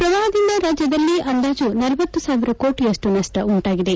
ಪ್ರವಾಪದಿಂದ ರಾಜ್ಯದಲ್ಲಿ ಅಂದಾಜು ನಲವತ್ತು ಸಾವಿರ ಕೋಟಿಯಷ್ಟು ನಷ್ಟು ಉಂಟಾಗಿದೆ